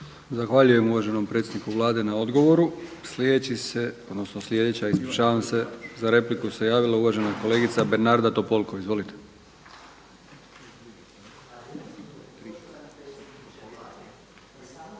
Zahvaljujem uvaženom predsjedniku Vlade na odgovoru na repliku. Sljedeća replika uvažena kolegica Bernarda Topolko. Izvolite.